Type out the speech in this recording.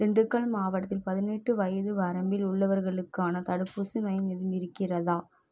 திண்டுக்கல் மாவட்டத்தில் பதினெட்டு வயது வரம்பில் உள்ளவர்களுக்கான தடுப்பூசி மையம் எதுவும் இருக்கிறதா